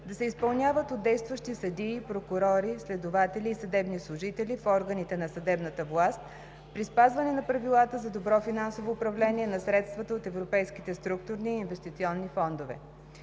да се изпълняват от действащи съдии, прокурори, следователи и съдебни служители в органите на съдебната власт при спазване на правилата за добро финансово управление на средствата от европейските структурни и инвестиционни фондове.